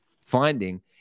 finding